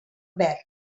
verd